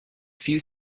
viel